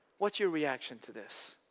what's your reaction to this?